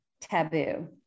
taboo